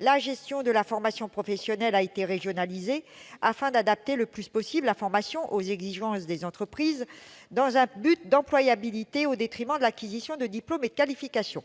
la gestion de la formation professionnelle a été régionalisée, afin d'adapter le plus possible la formation aux exigences des entreprises, dans un but d'employabilité et au détriment de l'acquisition de diplômes et de qualifications.